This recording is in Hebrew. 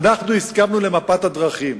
אנחנו הסכמנו למפת הדרכים.